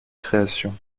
création